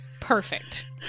Perfect